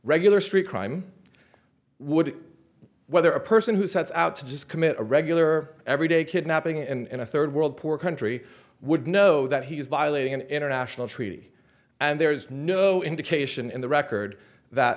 regular street crime would whether a person who sets out to just commit a regular everyday kidnapping and a third world poor country would know that he is violating an international treaty and there is no indication in the record that